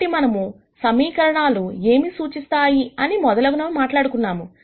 కాబట్టి మనము సమీకరణాలు ఏమి సూచిస్తాయి అనే మొదలగునవి మాట్లాడాము